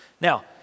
Now